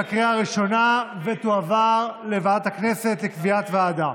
בקריאה הראשונה ותועבר לוועדת הכנסת לקביעת ועדה.